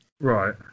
Right